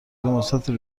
مثبتی